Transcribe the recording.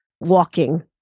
walking